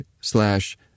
slash